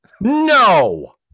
no